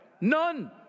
None